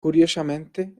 curiosamente